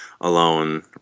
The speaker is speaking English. alone